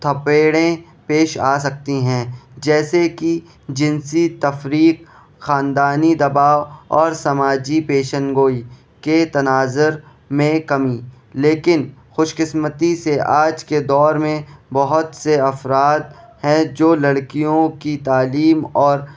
تھپیڑیں پیش آ سکتی ہیں جیسے کہ جنسی تفریق خاندانی دباؤ اور سماجی پیشن گوئی کے تناظر میں کمی لیکن خوش قسمتی سے آج کے دور میں بہت سے افراد ہیں جو لڑکیوں کی تعلیم اور